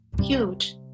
huge